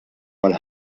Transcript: mal